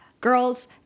girls